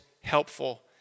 helpful